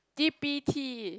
t_p Tea